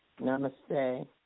Namaste